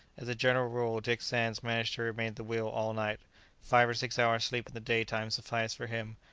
as a general rule dick sands managed to remain at the wheel all night five or six hours' sleep in the daytime sufficed for him,